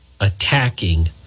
attacking